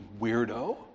weirdo